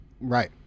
Right